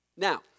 Now